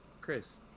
chris